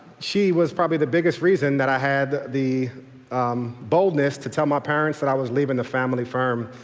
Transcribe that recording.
she was probably the biggest reason that i had the boldness to tell my parents that i was leaving the family firm.